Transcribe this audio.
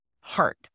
heart